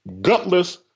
gutless